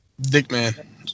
Dickman